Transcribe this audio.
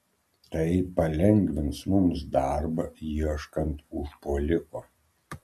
tai palengvins mums darbą ieškant užpuoliko